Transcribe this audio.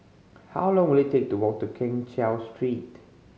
how long will it take to walk to Keng Cheow Street